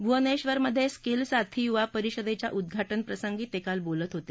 भुवनेश्वरमध्ये skill Saathi युवा परिषदेच्या उद्दाउप्रसंगी ते काल बोलत होते